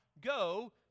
go